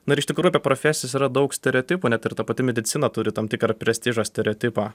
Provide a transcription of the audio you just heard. na ir iš tikrųjų profesijos yra daug stereotipų net ir ta pati medicina turi tam tikrą prestižo stereotipą